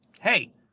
Hey